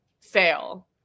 fail